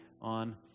on